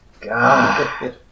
God